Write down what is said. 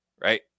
Right